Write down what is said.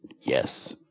Yes